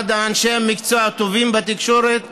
אחד מאנשי המקצוע הטובים בתקשורת,